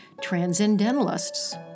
Transcendentalists